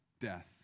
death